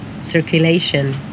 circulation